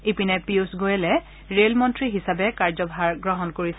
ইপিনে পিয়ুষ গোৱেলে ৰে'ল মন্ত্ৰী হিচাপে কাৰ্যভাৰ গ্ৰহণ কৰিছে